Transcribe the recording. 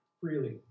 freely